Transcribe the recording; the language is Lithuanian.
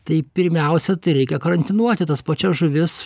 tai pirmiausia tai reikia karantinuoti tas pačias žuvis